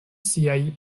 siaj